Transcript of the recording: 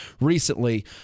recently